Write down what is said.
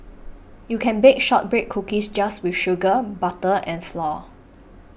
you can bake Shortbread Cookies just with sugar butter and flour